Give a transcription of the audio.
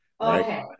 Okay